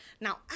Now